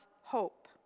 hope